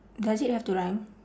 does it have to rhyme